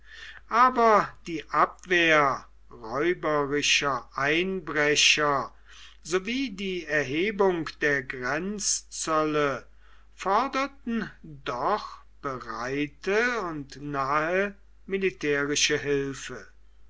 aber die abwehr räuberischer einbrecher sowie die erhebung der grenzzölle forderten doch bereite und nahe militärische hilfe